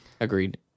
Agreed